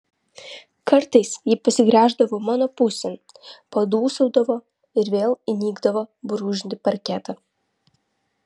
kartais ji pasigręždavo mano pusėn padūsaudavo ir vėl įnikdavo brūžinti parketą